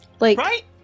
Right